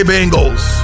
Bengals